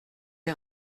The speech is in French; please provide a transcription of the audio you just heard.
est